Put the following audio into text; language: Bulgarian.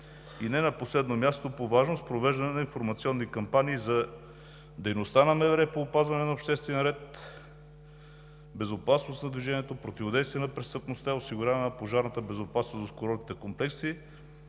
И не на последно място по важност, провеждане на информационни кампании за дейността на МВР по опазване на обществения ред, безопасност на движението, противодействие на престъпността и осигуряване на пожарната безопасност в курортните комплекси,